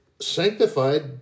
sanctified